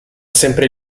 sempre